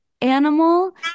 animal